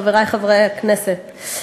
חברי חברי הכנסת,